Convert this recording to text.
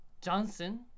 Johnson